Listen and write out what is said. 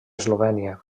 eslovènia